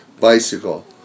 bicycle